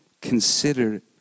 Consider